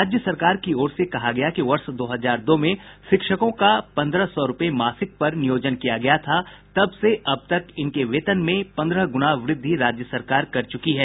राज्य सरकार की ओर से कहा गया कि वर्ष दो हजार दो में शिक्षकों का पंद्रह सौ रूपये मासिक पर नियोजन किया गया था तब से अब तक इनके वेतन में पंद्रह गुणा की वृद्धि राज्य सरकार कर चुकी है